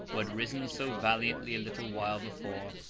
who had risen so valiantly a little while before,